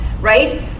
right